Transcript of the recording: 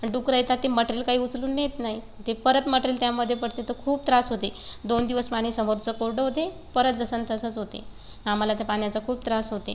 आणि डुकरं येतात ते मटेरियल काही उचलून नेत नाही ते परत मटेरियल त्यामध्ये पडते तर खूप त्रास होते दोन दिवस पाणी समोरचं कोरडं होते परत जसन् तसंच होते आम्हाला त्या पाण्याचा खूप त्रास होते